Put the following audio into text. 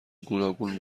گوناگون